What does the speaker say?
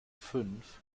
fünf